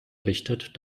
richtet